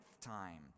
time